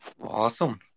Awesome